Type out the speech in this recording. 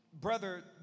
Brother